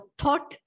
thought